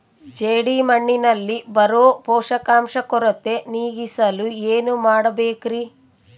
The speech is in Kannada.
ಜೇಡಿಮಣ್ಣಿನಲ್ಲಿ ಬರೋ ಪೋಷಕಾಂಶ ಕೊರತೆ ನೇಗಿಸಲು ಏನು ಮಾಡಬೇಕರಿ?